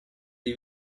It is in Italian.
gli